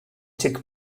took